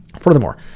Furthermore